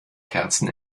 kerzen